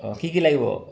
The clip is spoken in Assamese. অঁ কি কি লাগিব